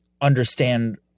understand